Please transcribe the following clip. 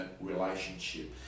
relationship